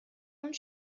und